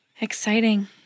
exciting